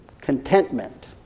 contentment